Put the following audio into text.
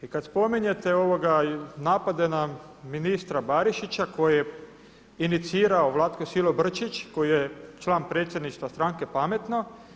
I kad spominjete napade na ministra Barišića koji je inicirao Vlatko Silobrčić koji je član predsjedništva stranke PAMETNO.